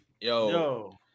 Yo